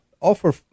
offer